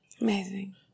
Amazing